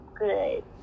good